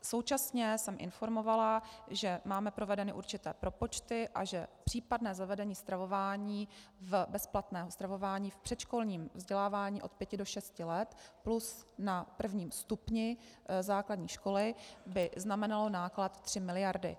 Současně jsem informovala, že máme provedené určité propočty a že případné zavedení stravování v bezplatném stravování v předškolním vzdělávání od 5 do 6 let plus na prvním stupni základní školy by znamenalo náklad 3 miliardy.